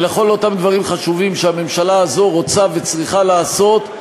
ולכל אותם דברים חשובים שהממשלה הזו רוצה וצריכה לעשות,